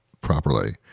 properly